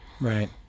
Right